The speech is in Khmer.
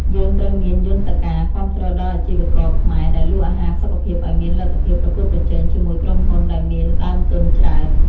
យើងត្រូវមានយន្តការគាំទ្រដល់អាជីវករខ្មែរដែលលក់អាហារសុខភាពឲ្យមានលទ្ធភាពប្រកួតប្រជែងជាមួយក្រុមហ៊ុនដែលមានដើមទុនច្រើន។